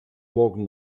morgen